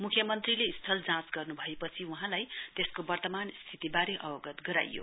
मुख्यमन्त्रीले स्थल जाँच गर्नुभएपछि वहाँलाई त्यसको वर्तमान स्थितिवारे अवगत गराइयो